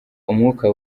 umwuka